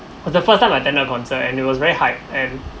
for the first time I attended concert and it was very high and